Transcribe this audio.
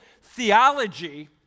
theology